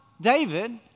David